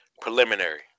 Preliminary